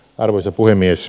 arvoisa puhemies